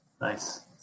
nice